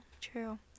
true